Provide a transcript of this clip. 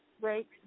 Great